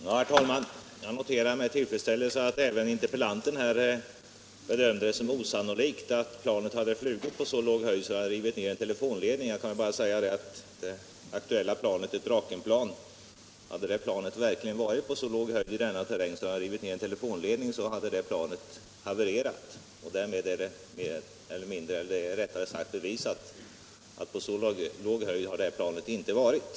Herr talman! Jag noterar med tillfredsställelse att även interpellanten bedömer det som osannolikt att planet hade flugit på så låg höjd att det rivit ned elledningar. Om det aktuella planet, ett Drakenplan, verkligen varit på så låg höjd i denna terräng att det rivit ned elledningar hade det havererat. Därmed är det bevisat att på så låg höjd har planet inte varit.